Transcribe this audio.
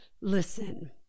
Listen